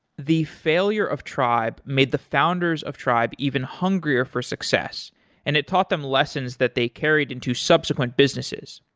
the failure of tribe made the founders of tribe even hungrier for success and it taught them lessons that they carried into subsequent businesses.